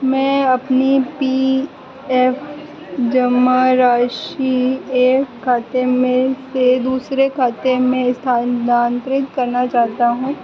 मैं अपनी P F जमा राशि एक खाते में से दूसरे खाते में स्थानान्तरित करना चाहता हूँ मैं ऐसा कर सकता हूँ मेरा यू ए एन सँख्या नौ तीन नौ पाँच नौ सात है और मैं शेष राशि को खाता सँख्या पाँच सात तीन आठ चार छह एक सात दो छह सात तीन तीन पाँच एक दो में स्थानान्तरित करना चाहता हूँ